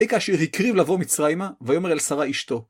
אי כאשר הקריב לבוא מצרים ויאמר אל שרה אשתו.